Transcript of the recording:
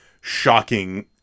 shocking